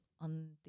on